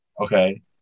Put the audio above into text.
Okay